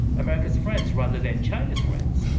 america's friends, rather than china's friends.